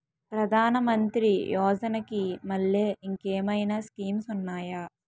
ప్రధాన మంత్రి యోజన కి మల్లె ఇంకేమైనా స్కీమ్స్ ఉన్నాయా?